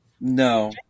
No